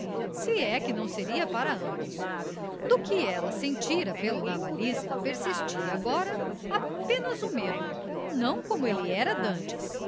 se é que não seria para ambos do que ela sentira pelo navalhista persistia agora apenas o medo não como ele era dantes